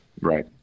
Right